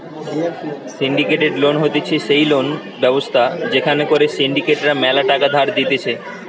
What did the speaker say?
syndicated loan হতিছে সেই loan ব্যবস্থা যেখান করে সিন্ডিকেট রা ম্যালা টাকা ধার দিতেছে